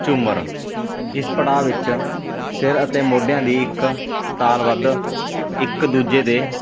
ਝੂਮਰ ਇਸ ਪੜਾਅ ਵਿੱਚ ਸਿਰ ਅਤੇ ਮੋਢਿਆਂ ਦੀ ਇੱਕ ਤਾਲ ਵੱਧ ਇੱਕ ਦੂਜੇ ਦੇ